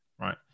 Right